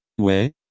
ouais